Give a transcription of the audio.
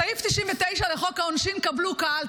סעיף 99 לחוק העונשין, קבלו, קהל.